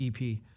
EP